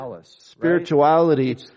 spirituality